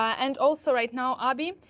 and also right now, abhi,